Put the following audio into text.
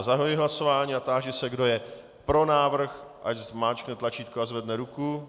Zahajuji hlasování a táži se, kdo je pro návrh, ať zmáčkne tlačítko a zvedne ruku.